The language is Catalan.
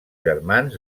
germans